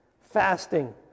fasting